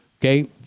Okay